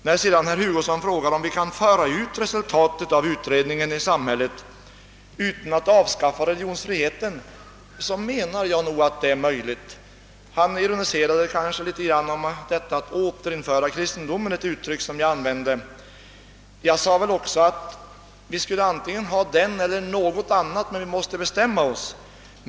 När sedan herr Hugosson frågade om vi kan föra ut resultatet av utredningen i samhället utan att avskaffa religionsfriheten, vill jag svara att jag menar att detta är möjligt. Herr Hugosson ironiserade litet över det uttryck jag använde: att återinföra kristendomen. Men jag sade också att vi måste ha kristendom eller något annat; vi måste bara bestämma oss.